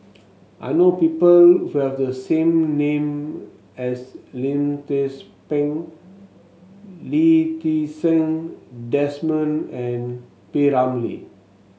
I know people who have the same name as Lim Tze Peng Lee Ti Seng Desmond and P Ramlee